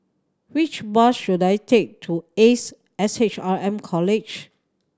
which bus should I take to Ace S H R M College